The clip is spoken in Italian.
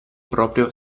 proprio